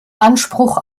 anspruch